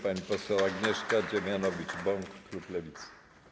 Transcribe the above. Pani poseł Agnieszka Dziemianowicz-Bąk, klub Lewicy.